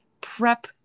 prep